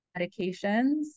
medications